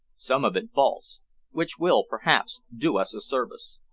some of it false which will perhaps do us a service.